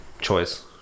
choice